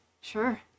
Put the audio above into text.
Sure